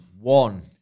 one